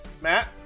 Matt